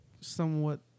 somewhat